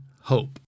hope